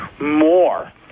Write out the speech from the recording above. more